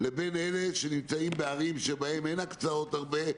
לבין אלה שנמצאים בערים שבהם אין הקצאות הרבה,